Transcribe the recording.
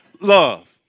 love